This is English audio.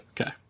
Okay